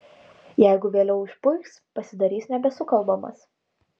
jeigu vėliau išpuiks pasidarys nebesukalbamas